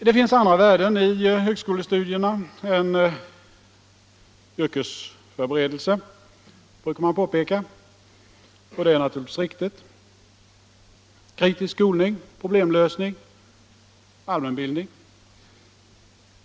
Det finns andra värden i högskolestudierna än yrkesförberedelse, brukar man påpeka, och det är naturligtvis riktigt: kritisk skolning, problemlösning, allmänbildning.